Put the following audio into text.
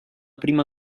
prima